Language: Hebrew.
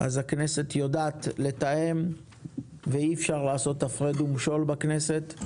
הכנסת יודעת לתאם ואי אפשר לעשות הפרד ומשול בכנסת.